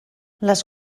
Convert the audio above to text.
les